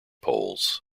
poles